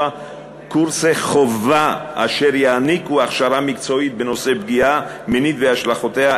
קורסי חובה אשר יעניקו הכשרה מקצועית בנושא פגיעה מינית והשלכותיה,